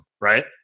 Right